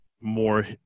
more